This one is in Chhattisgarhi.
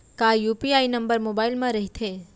का यू.पी.आई नंबर मोबाइल म रहिथे?